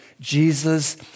Jesus